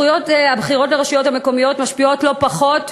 הבחירות לרשויות המקומיות משפיעות לא פחות,